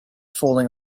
falling